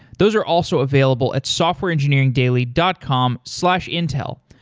those are also available at softwareengineeringdaily dot com slash intel.